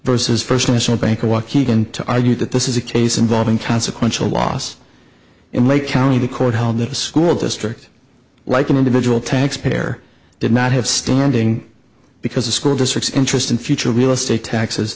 versus first national bank of waukegan to argue that this is a case involving consequential loss in lake county the court held that a school district like an individual taxpayer did not have standing because the school districts interest in future real estate taxes